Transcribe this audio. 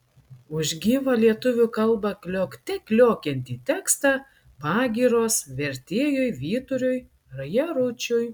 už gyva lietuvių kalba kliokte kliokiantį tekstą pagyros vertėjui vyturiui jaručiui